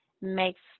makes